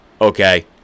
Okay